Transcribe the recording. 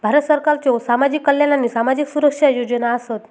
भारत सरकारच्यो सामाजिक कल्याण आणि सामाजिक सुरक्षा योजना आसत